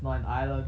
it's not an island